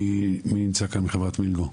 מי נמצא כאן מחברת "מילגו"?